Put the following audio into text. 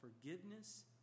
forgiveness